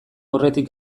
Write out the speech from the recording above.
aurretik